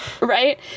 right